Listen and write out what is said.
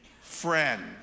friend